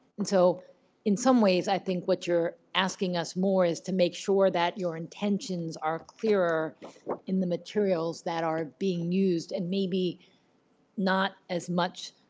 and so in some ways i think what you're asking us more is to make sure that your intentions are clearer in the materials that are being used and maybe not as much,